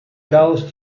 caos